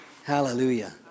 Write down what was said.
Hallelujah